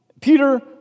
Peter